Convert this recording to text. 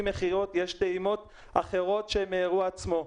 יש טעימות אחרות שהם מהאירוע עצמו.